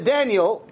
Daniel